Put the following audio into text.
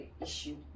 issue